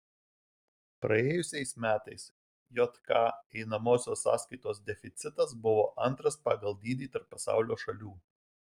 praėjusiais metais jk einamosios sąskaitos deficitas buvo antras pagal dydį tarp pasaulio šalių